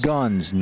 Guns